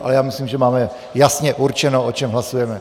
A já myslím, že máme jasně určeno, o čem hlasujeme.